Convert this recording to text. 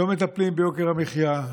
לא מטפלים ביוקר המחיה,